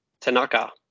Tanaka